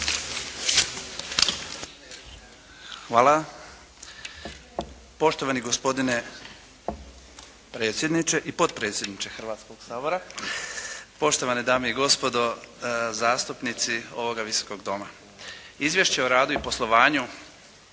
Hvala. Poštovani gospodine predsjedniče i potpredsjedniče Hrvatskog sabora, poštovane dame i gospodo zastupnici ovoga Visokog doma. Izvješće o radu i poslovanju